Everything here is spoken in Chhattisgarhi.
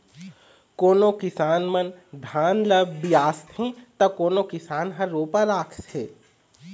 कोनो किसान मन धान ल बियासथे त कोनो किसान ह रोपा राखथे